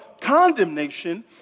condemnation